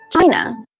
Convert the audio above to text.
China